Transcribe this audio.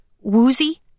woozy